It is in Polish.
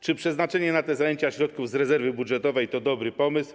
Czy przeznaczenie na te zajęcia środków z rezerwy budżetowej to dobry pomysł?